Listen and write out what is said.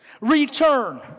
Return